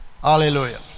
Hallelujah